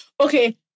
Okay